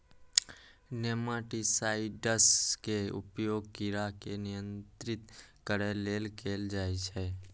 nematicides के उपयोग कीड़ा के नियंत्रित करै लेल कैल जाइ छै